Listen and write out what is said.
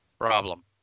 problem